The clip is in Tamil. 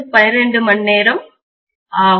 5 மணி நேரம் ஆகும்